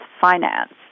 finance